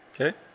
Okay